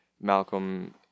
Malcolm